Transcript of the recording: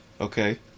Okay